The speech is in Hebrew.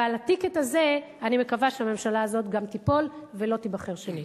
ועל ה"טיקט" הזה אני מקווה שהממשלה הזאת גם תיפול ולא תיבחר שנית.